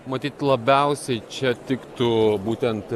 matyt labiausiai čia tiktų būtent